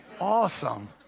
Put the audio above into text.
Awesome